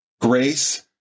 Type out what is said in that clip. grace